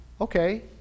okay